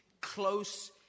close